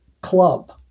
club